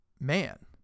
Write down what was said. man